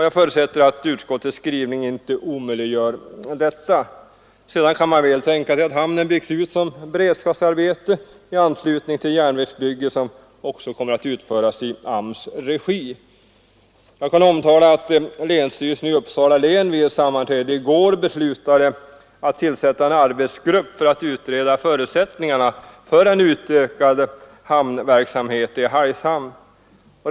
Jag förutsätter att utskottets skrivning inte omöjliggör detta. Sedan kan man väl tänka sig att hamnen byggs ut som beredskapsarbete i anslutning till järnvägsbygget som också kommer att utföras i AMS s regi. å Jag kan omtala att länsstyrelsen i Uppsala län vid ett sammanträde i går beslutade att tillsätta en arbetsgrupp för att utreda förutsättningarna för en utökad 'hamnverksamhet i Hargshamn.